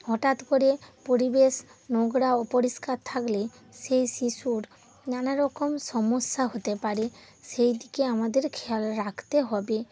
হঠাৎ করে পরিবেশ নোংরা অপরিষ্কার থাকলে সেই শিশুর নানারকম সমস্যা হতে পারে সেইদিকে আমাদের খেয়াল রাখতে হবে